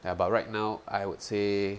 ya but right now I would say